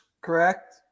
Correct